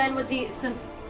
then would the, since,